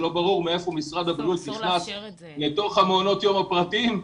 כאשר לא ברור מאיפה משרד הבריאות נכנס לתוך מעונות היום הפרטיים,